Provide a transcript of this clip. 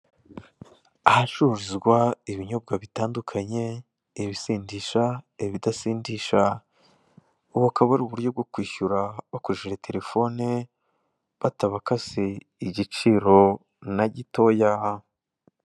Ahacururizwa ibinyobwa bitandukanye, ibisindisha, ibidasindisha, ubu akaba ari uburyo bwo kwishyura bakoresheje telefone batabasabye igciro na gitoya.